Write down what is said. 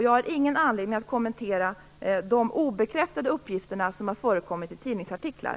Jag har ingen anledning att kommentera de obekräftade uppgifter som har förekommit i tidningsartiklar.